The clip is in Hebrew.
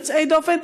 יוצאי דופן,